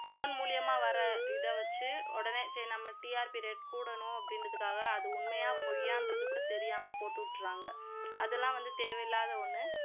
phone மூலிமா வர இதை வைச்சி உடனே சரி நம்ம டிஆர்பி ரேட் கூடணும் அப்படின்றத்துக்காக அது உண்மையா பொய்யான்றது கூட தெரியாமல் போட்டு விட்றாங்க அதெல்லாம் வந்து தேவையில்லாத ஒன்று